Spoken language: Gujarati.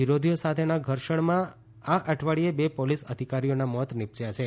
વિરોધીઓ સાથે ઘર્ષણમાં આ અઠવાડિયે બે પોલીસ અધિકારીઓનાં મોત નીપજ્યાં છે